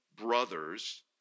brothers